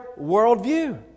worldview